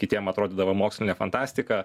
kitiem atrodydavo mokslinė fantastika